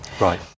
Right